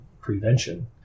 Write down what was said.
prevention